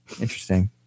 Interesting